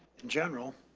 in general,